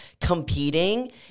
competing